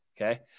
okay